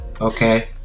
Okay